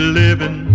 living